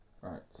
Right